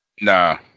Nah